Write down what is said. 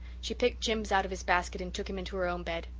she picked jims out of his basket and took him into her own bed.